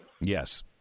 Yes